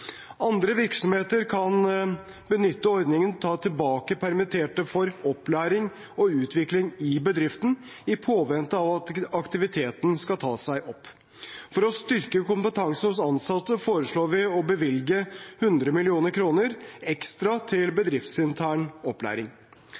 Andre virksomheter kan benytte ordningen til å ta tilbake permitterte for opplæring og utvikling i bedriften i påvente av at aktiviteten skal ta seg opp. For å styrke kompetansen hos ansatte foreslår vi å bevilge 100 mill. kr ekstra til